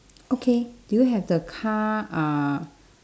okay do you have the car uh